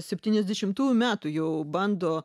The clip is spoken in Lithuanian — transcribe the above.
septyniasdešimtųjų metų jau bando